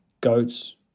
goats